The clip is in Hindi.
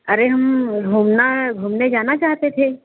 अरे हम घूमना है घूमने जाना चाहते थे